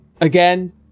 Again